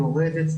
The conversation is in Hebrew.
יורדת,